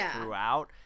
throughout